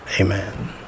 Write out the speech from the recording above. Amen